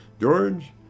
George